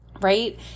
right